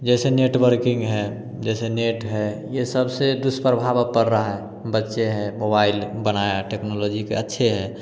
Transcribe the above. जैसे नेटवर्किंग है जैसे नेट है यह सबसे दुष्प्रभाव पड़ रहा है बच्चे हैं मोबाइल बनाया टेक्नोलॉजी के अच्छे हैं